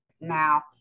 Now